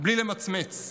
בלי למצמץ.